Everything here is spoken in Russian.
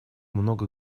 много